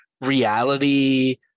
reality